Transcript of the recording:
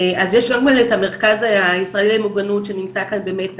אז יש את המרכז הישראלי למוגנות, שנמצא כאן באמת,